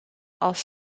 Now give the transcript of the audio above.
als